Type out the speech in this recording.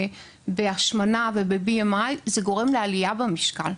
בנושא של השמנה, זה גורם לעלייה במשקל.